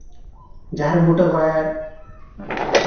ᱡᱟᱦᱮᱨ ᱵᱩᱴᱟᱹ ᱠᱚᱨᱮᱜ